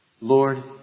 Lord